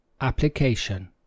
application